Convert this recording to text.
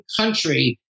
country